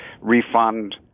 refund